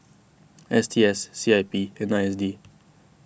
S T S C I P and I S D